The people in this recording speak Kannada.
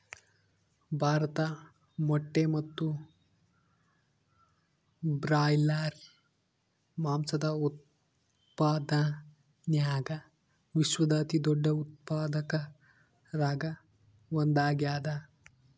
ಭಾರತ ಮೊಟ್ಟೆ ಮತ್ತು ಬ್ರಾಯ್ಲರ್ ಮಾಂಸದ ಉತ್ಪಾದನ್ಯಾಗ ವಿಶ್ವದ ಅತಿದೊಡ್ಡ ಉತ್ಪಾದಕರಾಗ ಒಂದಾಗ್ಯಾದ